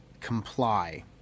comply